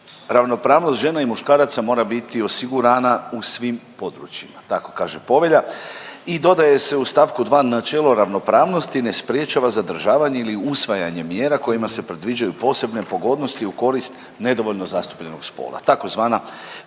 ravnopravnost žena i muškaraca mora biti osigurana u svim područjima, tako kaže povelja i dodaje se u st. 2, načelo ravnopravnosti ne sprječava zadržavanje ili usvajanje mjera kojima se predviđaju posebne pogodnosti u korist nedovoljno zastupljenog spola, tzv.